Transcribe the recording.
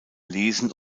lesen